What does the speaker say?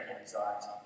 anxiety